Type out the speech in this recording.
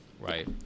right